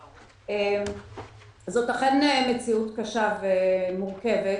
זאת אכן מציאות קשה ומורכבת